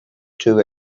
too